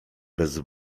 bez